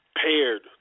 paired